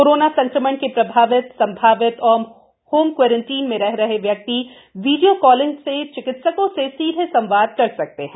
corona संक्रमण के प्रभावित संभावित और होम क्योरेंटाइन में रह रहे व्यक्ति वीडियो कालिंग से चिकित्सकों से सीधे संवाद कर सकते हैं